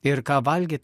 ir ką valgyt